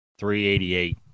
388